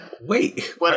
Wait